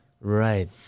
right